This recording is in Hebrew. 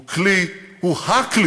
הוא כלי, הוא הכלי